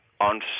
on